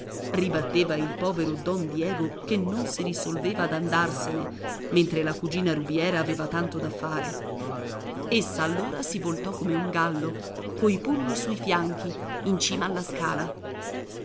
ricca ribatteva il povero don diego che non si risolveva ad andarsene mentre la cugina rubiera aveva tanto da fare essa allora si voltò come un gallo coi pugni sui fianchi in cima alla scala